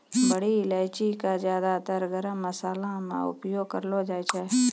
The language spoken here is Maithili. बड़ी इलायची कॅ ज्यादातर गरम मशाला मॅ उपयोग करलो जाय छै